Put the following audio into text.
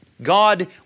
God